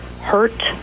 hurt